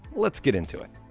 let's get into it.